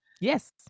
Yes